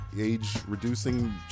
age-reducing